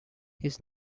his